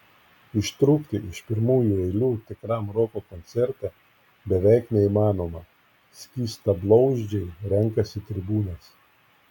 ištrūkti iš pirmų eilių tikram roko koncerte beveik neįmanoma skystablauzdžiai renkasi tribūnas